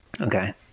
Okay